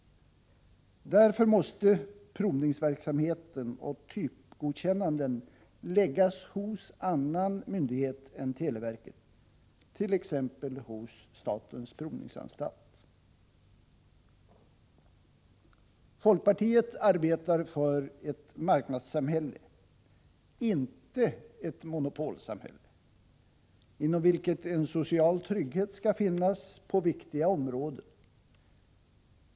Därför måste provningsverksamheten och typgodkännandena läggas hos annan myndighet än televerket, t.ex. hos statens provningsanstalt. Folkpartiet arbetar för ett marknadssamhälle, inte ett monopolsamhälle. Inom detta marknadssamhälle skall en social trygghet finnas på viktiga områden.